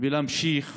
ושימשיך